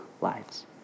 lives